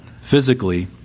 Physically